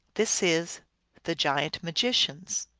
this is the giant magicians.